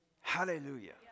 Hallelujah